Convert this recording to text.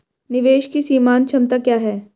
निवेश की सीमांत क्षमता क्या है?